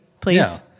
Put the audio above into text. please